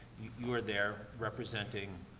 you are there representing,